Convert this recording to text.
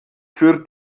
für